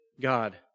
God